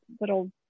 little